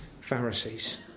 Pharisees